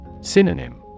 Synonym